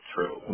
True